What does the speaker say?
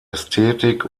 ästhetik